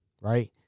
Right